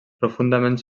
profundament